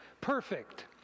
Perfect